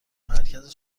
مرکز